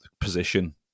position